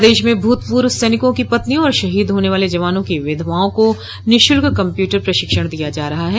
प्रदेश में भूतपूर्व सैनिकों की पत्नियों और शहीद होने वाले जवानों की विधवाओं को निःशुल्क कंप्यूटर प्रशिक्षण दिया जा रहा है